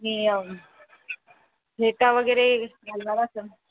नी फेटा वगैरे घालणार असाल